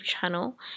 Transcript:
channel